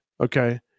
okay